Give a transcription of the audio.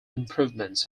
improvements